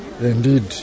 indeed